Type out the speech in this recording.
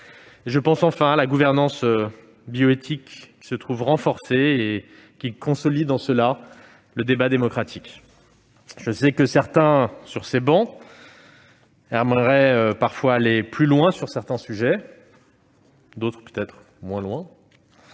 Je pense enfin à la gouvernance bioéthique renforcée, qui consolide le débat démocratique. Je sais que certains sur ces travées aimeraient parfois aller plus loin sur certains sujets- d'autres, moins loin